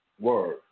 Word